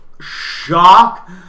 shock